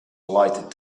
lighted